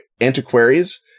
antiquaries